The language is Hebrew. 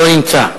לא נמצא.